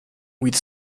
with